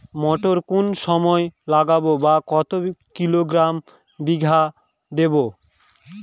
মটর কোন সময় লাগাবো বা কতো কিলোগ্রাম বিঘা দেবো?